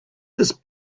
this